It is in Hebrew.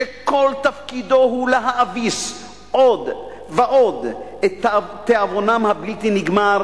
שכל תפקידו הוא להאביס עוד ועוד את תאבונם הבלתי נגמר